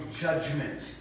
Judgment